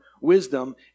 wisdom